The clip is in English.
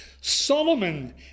Solomon